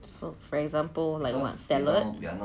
so for example like what salad